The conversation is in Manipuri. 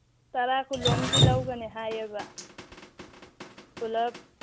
ꯇꯔꯥ ꯀꯨꯟꯂꯣꯝꯗꯤ ꯂꯧꯒꯅꯤ ꯍꯥꯏꯌꯦꯕ ꯄꯨꯂꯞ